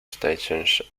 stations